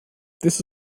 that